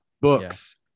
books